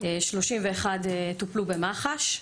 31 טופלו במח"ש,